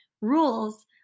rules